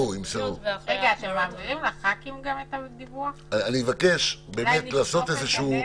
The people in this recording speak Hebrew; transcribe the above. אני אעיר שגם לפי הצעת החוק הנוכחית בכל מקרה